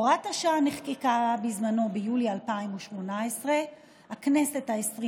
הוראת השעה נחקקה בזמנו ביולי 2018. הכנסת העשרים